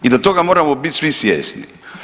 I da toga moramo biti svi svjesni.